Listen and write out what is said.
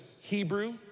Hebrew